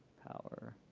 power.